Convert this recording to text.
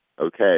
okay